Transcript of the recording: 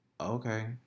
okay